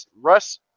Russ –